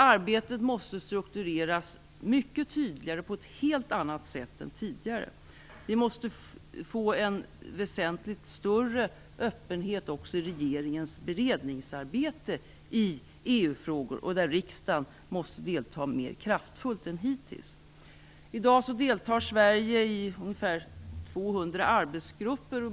Arbetet måste struktureras mycket tydligare och på ett helt annat sätt än tidigare. Vi måste få en väsentligt större öppenhet också när det gäller regeringens beredningsarbete i EU-frågor, där riksdagen måste delta mer kraftfullt än hittills. I dag deltar Sverige i ungefär 200 arbetsgrupper.